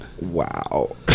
Wow